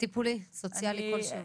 טיפולי סוציאלי כלשהו.